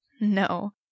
No